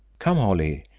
come, holly,